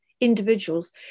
individuals